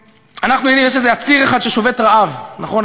יש איזה עציר אחד ששובת רעב, נכון?